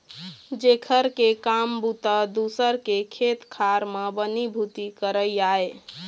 जेखर के काम बूता दूसर के खेत खार म बनी भूथी करई आय